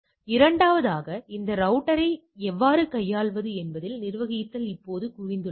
எனவே இரண்டாவதாக இந்த ரௌட்டர் ஐ எவ்வாறு கையாள்வது என்பதில் நிர்வகித்தல் இப்போது குவிந்துள்ளது